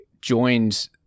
joined